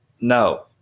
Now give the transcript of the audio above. no